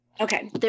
Okay